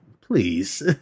please